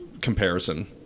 comparison